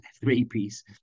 three-piece